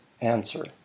answer